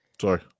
Sorry